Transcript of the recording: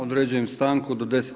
Određujem stanku do 10,